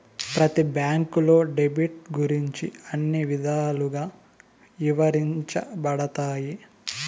ప్రతి బ్యాంకులో డెబిట్ గురించి అన్ని విధాలుగా ఇవరించబడతాయి